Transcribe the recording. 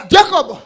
Jacob